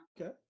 okay